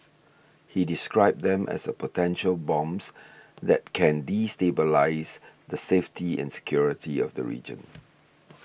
he described them as a potential bombs that can destabilise the safety and security of the region